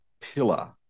pillar